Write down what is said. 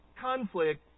conflict